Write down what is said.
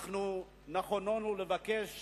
אנחנו נכונים לבקש